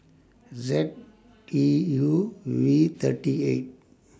Z E U V thirty eight